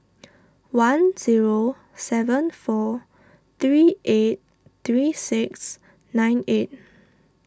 one zero seven four three eight three six nine eight